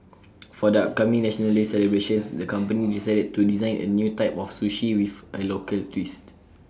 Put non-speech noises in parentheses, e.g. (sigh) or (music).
(noise) for the upcoming National Day celebrations (noise) the company decided to design A new type of sushi with A local twist